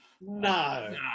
No